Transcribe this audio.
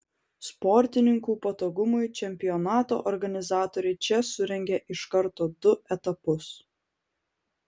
sportininkų patogumui čempionato organizatoriai čia surengė iš karto du etapus